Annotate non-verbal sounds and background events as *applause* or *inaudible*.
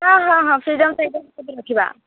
ହଁ ହଁ ହଁ ସେଇଟାକୁ *unintelligible* ସେଇଥିରେ ରଖିବା